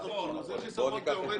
נכון, זה חיסכון תיאורטי.